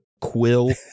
quill